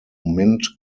mint